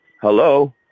Hello